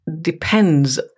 depends